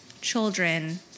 children